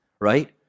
right